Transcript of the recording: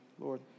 Lord